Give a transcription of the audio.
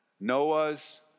Noah's